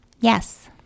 Yes